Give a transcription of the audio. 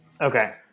Okay